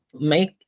make